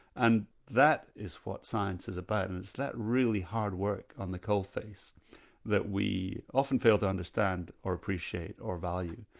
and that is what science is about, and it's that really hard work on the coalface that we often fail to understand or appreciate or value.